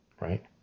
right